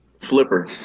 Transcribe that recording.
Flipper